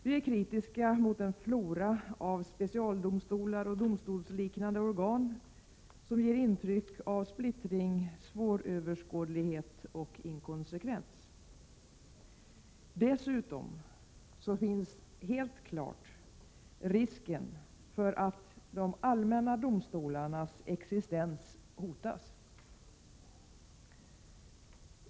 Vi är kritiska mot den flora av specialdomstolar och domstolsliknande organ som ger ett intryck av splittring, svåröverskåd lighet och inkonsekvens. Dessutom finns helt klart risken för att de allmänna domstolarnas existens hotas.